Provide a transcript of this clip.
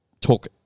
talk